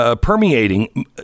permeating